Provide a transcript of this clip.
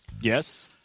Yes